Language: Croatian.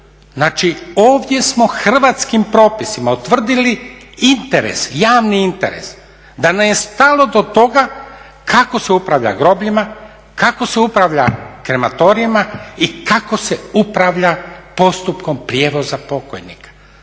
ovdje smo hrvatskim propisima utvrdili interes, javni interes da nam je stalo do toga kako se upravlja grobljima, kako se upravlja krematorijima i kako se upravlja postupkom prijevoza pokojnika